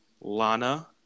Lana